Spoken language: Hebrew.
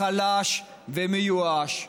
חלש ומיואש,